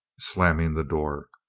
slamming the door.